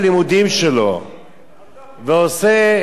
ועושה את מסיבת סוף השנה,